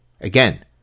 Again